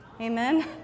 Amen